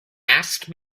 asked